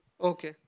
Okay